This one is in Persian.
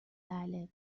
بله